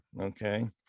okay